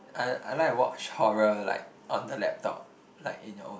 I I like watch horror like on the laptop like in your own